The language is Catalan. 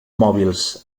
mòbils